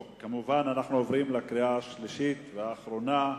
אנחנו עוברים לקריאה השלישית והאחרונה.